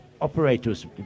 operators